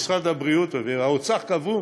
משרד הבריאות ומשרד האוצר קבעו